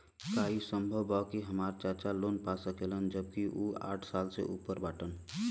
का ई संभव बा कि हमार चाचा लोन पा सकेला जबकि उ साठ साल से ऊपर बाटन?